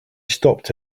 stopped